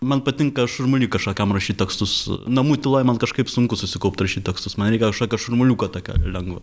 man patinka šurmuly kažkokiam rašyt tekstus namų tyloj man kažkaip sunku susikaupt rašyt tekstus man reikia kažkokio šurmuliuko tokio lengvo